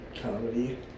comedy